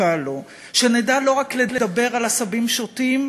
זקוקה לו, שנדע לא רק לדבר על עשבים שוטים,